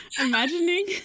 imagining